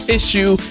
issue